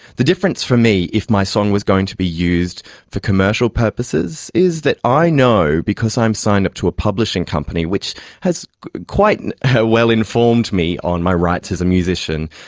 the difference for me if my song was going to be used for commercial purposes is that i know because i'm signed up to a publishing company which has quite and ah well informed me on my rights as a musician,